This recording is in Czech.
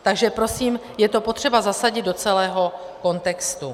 Takže prosím, je to potřeba zasadit do celého kontextu.